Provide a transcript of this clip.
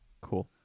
cool